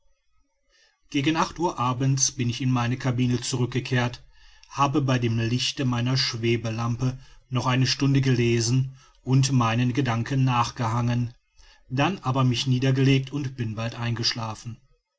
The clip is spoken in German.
gegen acht uhr abends bin ich in meine cabine zurückgekehrt habe bei dem lichte meiner schwebelampe noch eine stunde gelesen und meinen gedanken nachgehangen dann aber mich niedergelegt und bin bald eingeschlafen